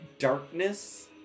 Darkness